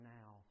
now